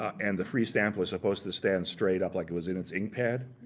and the free stamp was supposed to stand straight up like it was in its ink pad.